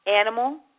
Animal